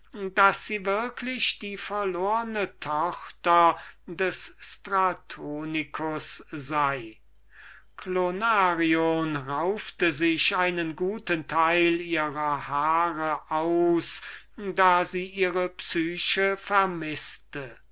daß sie würklich die tochter des stratonicus sei clonarion raufte sich einen guten teil ihrer haare aus da sie ihre psyche vermißte